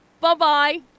Bye-bye